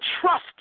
trust